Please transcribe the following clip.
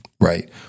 right